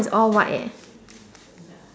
is all white eh